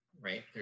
right